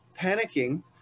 panicking